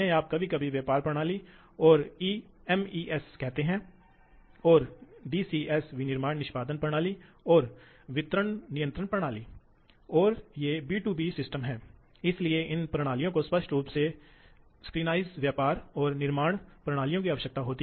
spindle drive में तेज गतिशील प्रतिक्रिया और बहुत व्यापक गति होनी चाहिए दूसरी तरफ वह ड्राइव बहुत बहुत व्यापक गति रेंज में संचालित की जा सकती है इसलिए कुछ सामग्रियों के लिए वे कुछ सामग्रियों के लिए वास्तविक तेजी से आगे बढ़ सकते हैं वे वास्तविक धीमी गति से आगे बढ़ सकते हैं